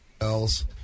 Else